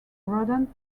rodents